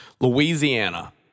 Louisiana